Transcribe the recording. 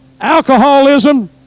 alcoholism